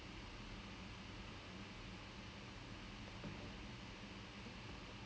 !wah! the doctors it was so bad man when it comes to sports injuries it's not funny at all